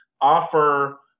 offer